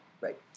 Right